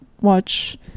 watch